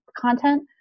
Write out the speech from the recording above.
content